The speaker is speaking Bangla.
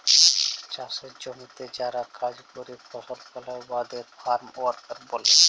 চাষের জমিতে যারা কাজ ক্যরে ফসল ফলায় উয়াদের ফার্ম ওয়ার্কার ব্যলে